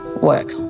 work